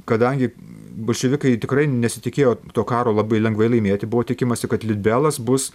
kadangi bolševikai tikrai nesitikėjo to karo labai lengvai laimėti buvo tikimasi kad litbelas bus